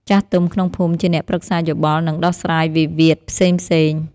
ចាស់ទុំក្នុងភូមិជាអ្នកប្រឹក្សាយោបល់ និងដោះស្រាយវិវាទផ្សេងៗ។